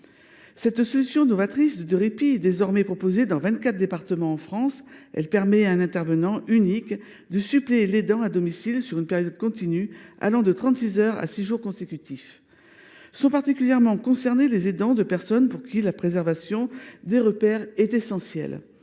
Cette solution novatrice de répit est désormais proposée dans 24 départements en France. Elle permet à un intervenant unique de suppléer l’aidant à domicile sur une période continue allant de trente six heures à six jours consécutifs. Sont particulièrement concernés les aidants de personnes pour qui la préservation des repères est essentielle.